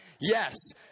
Yes